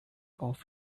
off